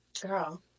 Girl